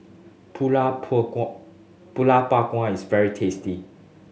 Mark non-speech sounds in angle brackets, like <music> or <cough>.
pulut <unintelligible> Pulut Panggang is very tasty